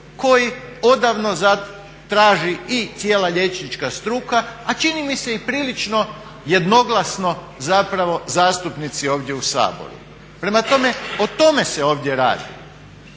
koji odavno traži i cijela liječnička struka, a čini mi se i prilično jednoglasno zapravo zastupnici ovdje u Saboru. Prema tome, o tome se ovdje radi.